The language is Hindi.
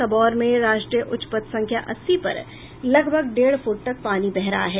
सबौर में राष्ट्रीय उच्च पथ संख्या अस्सी पर लगभग डेढ़ फूट तक पानी बह रहा है